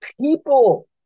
people